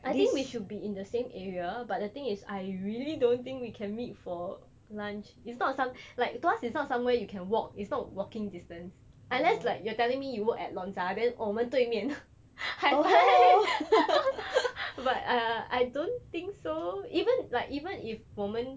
I think we should be in the same area but the thing is I really don't think we can meet for lunch it's not some like tuas is not somewhere you can walk it's not walking distance unless like you're telling me you work at Lonza then 我们对面 high five but err I don't think so even like even if 我们